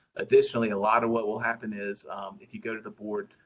additionally, a lot of what will happen is if you go to the board,